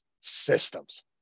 systems